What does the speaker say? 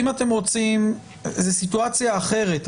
זאת סיטואציה אחרת.